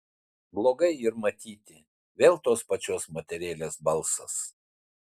blogai yr matyti vėl tos pačios moterėlės balsas